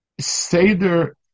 Seder